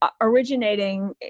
originating